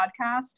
podcast